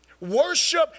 Worship